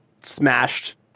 smashed